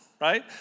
right